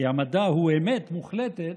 כי המדע הוא אמת מוחלטת,